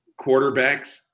quarterbacks